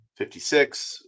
56